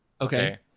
Okay